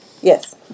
yes